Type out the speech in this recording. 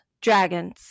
dragons